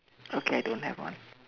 okay I don't have one